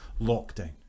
lockdown